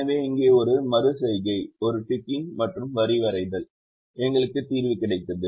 எனவே இங்கே ஒரு மறு செய்கை ஒரு டிக்கிங் மற்றும் வரி வரைதல் எங்களுக்கு தீர்வு கிடைத்தது